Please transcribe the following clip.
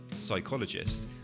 psychologist